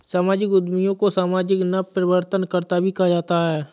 सामाजिक उद्यमियों को सामाजिक नवप्रवर्तनकर्त्ता भी कहा जाता है